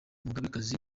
umugabekazi